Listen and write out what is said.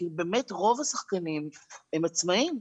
כי באמת רוב השחקנים הם עצמאים.